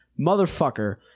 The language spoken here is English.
Motherfucker